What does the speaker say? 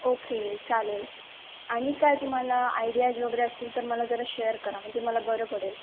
okay चालेल आणि काय तुम्हाला आयडियाज वगैरे असतील तर मला जरा शेअर करा म्हणजे मला बरं पडेल